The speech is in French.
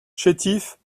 chétif